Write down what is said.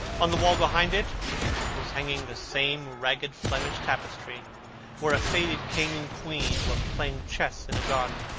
on the wall behind it was hanging the same ragged flemish tapestry where a faded king and queen were playing chess in a garden,